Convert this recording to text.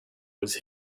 was